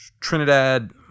Trinidad